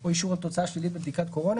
או אישור על תוצאה שלילית בבדיקת קורונה,